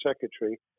secretary